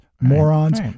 morons